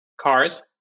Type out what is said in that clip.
cars